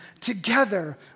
together